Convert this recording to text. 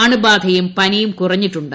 അണുബാധയും പനിയും കുറഞ്ഞിട്ടുണ്ട്